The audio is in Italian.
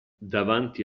davanti